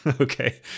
Okay